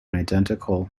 identical